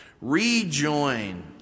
Rejoin